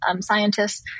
scientists